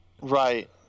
Right